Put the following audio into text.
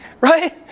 right